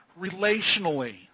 relationally